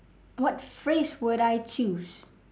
what phrase would I choose